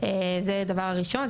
זה דבר ראשון,